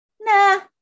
nah